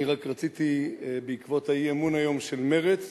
אני רק רציתי, בעקבות האי-אמון היום של מרצ,